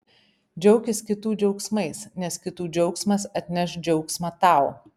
džiaukis kitų džiaugsmais nes kitų džiaugsmas atneš džiaugsmą tau